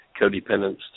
codependence